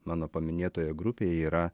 mano paminėtoje grupėje yra